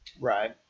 Right